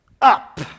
up